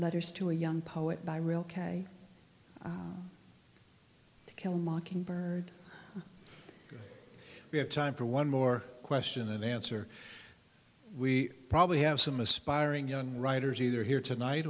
letters to a young poet by real k to kill a mockingbird we have time for one more question and answer we probably have some aspiring young writers either here tonight